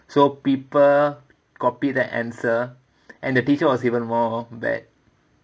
so people copy the answer and the teacher was even more bad